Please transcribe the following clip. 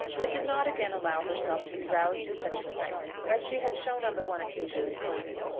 but did not again allow herself to be roused to such excitement as she had shown on the one occasion recorded.